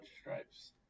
Stripes